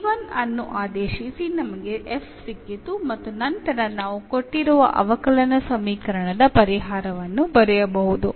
c 1 ಅನ್ನು ಆದೇಶಿಸಿ ನಮಗೆ f ಸಿಕ್ಕಿತು ಮತ್ತು ನಂತರ ನಾವು ಕೊಟ್ಟಿರುವ ಅವಕಲನ ಸಮೀಕರಣದ ಪರಿಹಾರವನ್ನು ಬರೆಯಬಹುದು